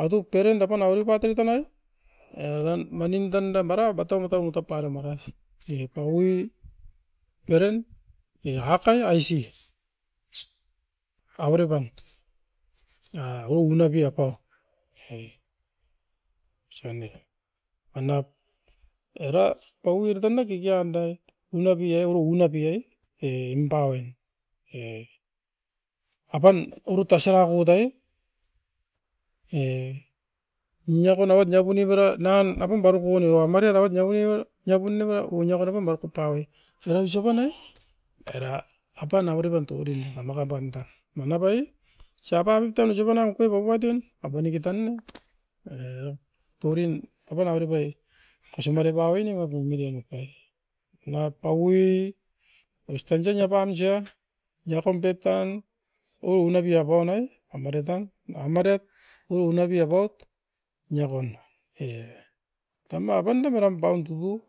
Aiituk peranda pan averepat oit tanai e o wan manindan dam marat batau mutamuka paromaras. Ne pauii peren e akai aisi, avere pan a o unabiapa oi osoa nem. Manap era paui'rdanae kikiandait unapia, unapia e nimpaoin. E apan urut tasiraku tai- e, e miokonoit mioku nivera nan apum baroko niowa mariataut ne mani au, niapun neve u niakon kotam bakotaue. Era isop panai, era apan avere pan torin bakamaka pan tan, manap ai siapat itan siapanan kuibakoatin apaneke tan ne era torin averai rebai e. Kosimare paui newapo minemit pai. Na paui ostan sen apan sia niakon pep tan o unapia panai amaritan ameret unapiapout niakon e. Tamiakondam eram bauntupu